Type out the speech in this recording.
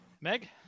Meg